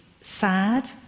sad